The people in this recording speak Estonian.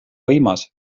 võimas